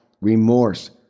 remorse